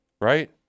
right